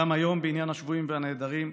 גם היום בעניין השבויים והנעדרים,